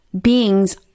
beings